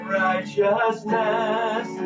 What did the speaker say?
righteousness